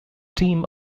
team